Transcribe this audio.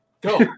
Go